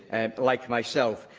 like myself.